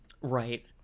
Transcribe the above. right